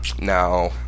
No